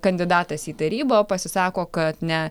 kandidatas į tarybą pasisako kad ne